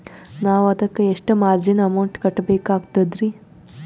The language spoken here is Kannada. ನಾವು ಅದಕ್ಕ ಎಷ್ಟ ಮಾರ್ಜಿನ ಅಮೌಂಟ್ ಕಟ್ಟಬಕಾಗ್ತದ್ರಿ?